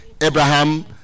Abraham